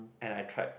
and I tried